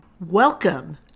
Welcome